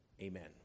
Amen